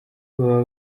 baba